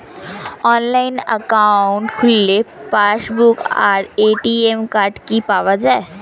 Online account খুললে passbook আর ATM card কি পাওয়া যায়?